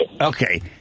Okay